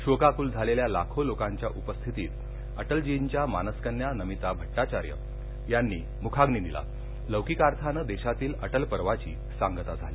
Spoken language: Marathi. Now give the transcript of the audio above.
शोकाकुल झालेल्या लाखो लोकांच्या उपस्थितीत अटलजींच्या मानसकन्या नमिता भट्टाचार्य यांनी मुखाग्नी दिला आणि लौकिकार्थानं देशातील अटलपर्वाची सांगता झाली